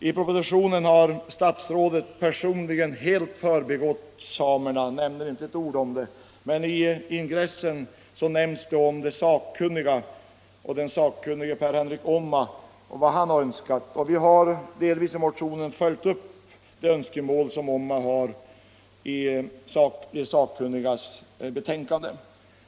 I propositionen har statsrådet personligen helt förbigått samerna. Han säger inte ett ord om dem, men i ingressen nämns sakkunniga, bland dem Per Henrik Omma och vad han har önskat. Vi har i motionen delvis följt upp de önskemål som Omma har framställt och som återges i de sakkunnigas betänkande.